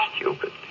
Stupid